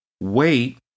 wait